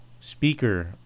speaker